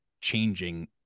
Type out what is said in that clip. changing